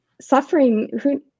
suffering